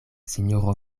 sinjoro